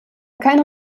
keine